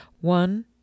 one